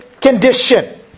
condition